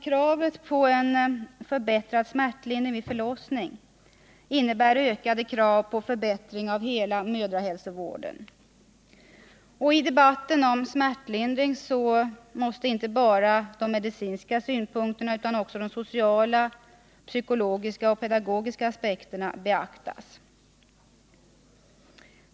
Kravet på förbättrad smärtlindring vid förlossning innebär ökade krav på förbättring av hela mödrahälsovården. I debatten om smärtlindring måste inte bara de medicinska synpunkterna utan också de sociala, psykologiska och pedagogiska aspekterna beaktas.